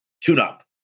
tune-up